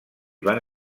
van